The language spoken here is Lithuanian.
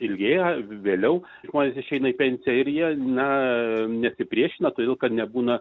ilgėja vėliau žmonės išeina į pensiją ir jie ne nesipriešina todėl kad nebūna